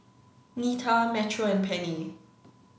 Nita Metro and Penni